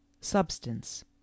Substance